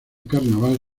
carnaval